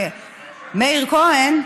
עם מאיר כהן,